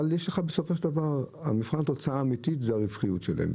אבל בסופו של דבר מבחן התוצאה האמיתית זה הרווחיות שלהם,